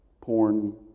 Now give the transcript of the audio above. porn